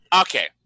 Okay